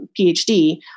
PhD